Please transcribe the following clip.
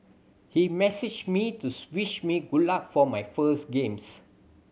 he messaged me to wish me good luck for my first games